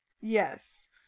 Yes